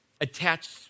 attached